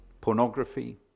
pornography